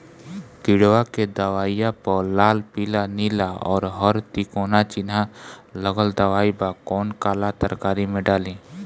किड़वा के दवाईया प लाल नीला पीला और हर तिकोना चिनहा लगल दवाई बा कौन काला तरकारी मैं डाली?